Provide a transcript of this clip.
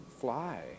fly